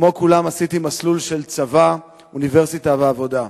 כמו כולם עשיתי מסלול של צבא, אוניברסיטה ועבודה.